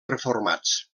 reformats